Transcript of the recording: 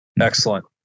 Excellent